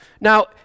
Now